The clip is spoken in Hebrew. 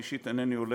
אישית אינני עולה,